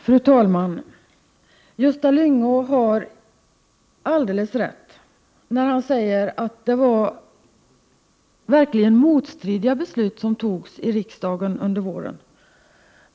Fru talman! Gösta Lyngå har alldeles rätt när han säger att man verkligen fattade motstridiga beslut i riksdagen under våren.